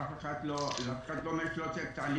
אף אחד לא --- את התהליך.